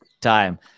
time